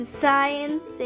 science